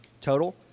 total